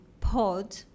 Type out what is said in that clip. pod